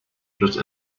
just